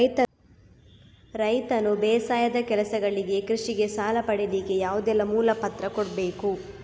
ರೈತನು ಬೇಸಾಯದ ಕೆಲಸಗಳಿಗೆ, ಕೃಷಿಗೆ ಸಾಲ ಪಡಿಲಿಕ್ಕೆ ಯಾವುದೆಲ್ಲ ಮೂಲ ಪತ್ರ ಕೊಡ್ಬೇಕು?